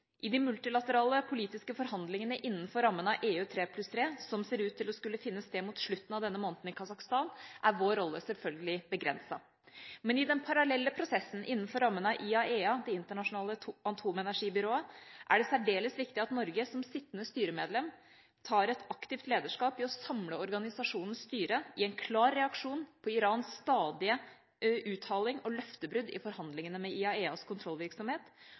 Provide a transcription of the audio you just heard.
I de multilaterale politiske forhandlingene innenfor rammen av EU3+3, som ser ut til å skulle finne sted mot slutten av denne måneden i Kasakhstan, er vår rolle selvfølgelig begrenset. Men i den parallelle prosessen innenfor rammen av IAEA, Det internasjonale atomenergibyrået, er det særdeles viktig at Norge, som sittende styremedlem, tar et aktivt lederskap for å samle organisasjonens styre i en klar reaksjon på Irans stadige uthaling og løftebrudd i forhandlingene med IAEAs kontrollvirksomhet,